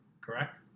correct